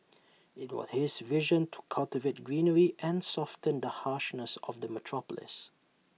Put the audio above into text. IT was his vision to cultivate greenery and soften the harshness of the metropolis